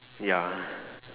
ya